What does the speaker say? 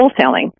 wholesaling